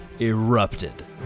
erupted